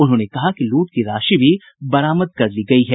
उन्होंने कहा कि लूट की राशि भी बरामद कर ली गयी है